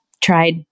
tried